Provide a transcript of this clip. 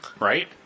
right